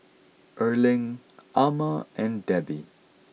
Erling Ama and Debbi